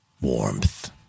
warmth